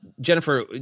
Jennifer